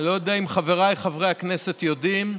אני לא יודע אם חבריי חברי הכנסת יודעים,